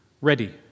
ready